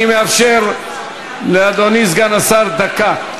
אני מאפשר לאדוני סגן השר דקה.